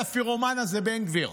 לפירומן הזה, בן גביר,